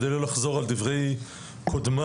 כדי לא לחזור על דברי קודמיי,